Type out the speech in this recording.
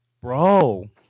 bro